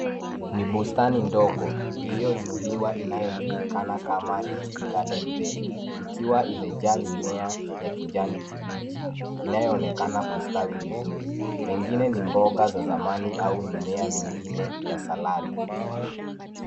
Ni bustani ndogo ,iliyoinuliwa inayojulikana kama raised garden bed. Ikiwa imejaa mimea ya kijani kibichi inayo onekana kustawi vizuri. Zengine ni mboga za zamani au mimea mingine ya saladi.